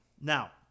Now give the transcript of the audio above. Now